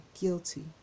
guilty